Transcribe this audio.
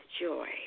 joy